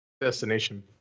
Destination